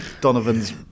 Donovan's